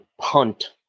punt